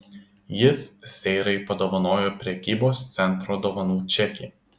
jis seirai padovanojo prekybos centro dovanų čekį